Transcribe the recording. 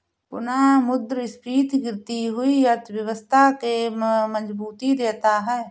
पुनःमुद्रस्फीति गिरती हुई अर्थव्यवस्था के मजबूती देता है